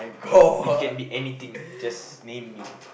it can be anything just name me